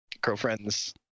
girlfriends